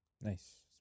Nice